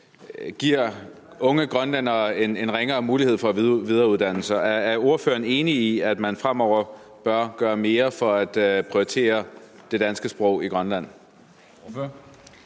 giver unge grønlændere en ringere mulighed for at videreuddanne sig. Er ordføreren enig i, at man fremover bør gøre mere for at prioritere det danske sprog i Grønland?